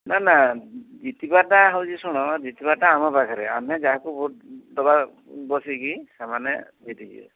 ନାଁ ନାଁ ଜିତିବାଟା ହେଉଛି ଶୁଣ ଜିତିବାଟା ଆମ ପାଖରେ ଆମେ ଯାହାକୁ ଭୋଟ୍ ଦେବା ବସିକି ସେମାନେ ଜିତିଯିବେ